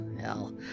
Hell